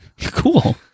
Cool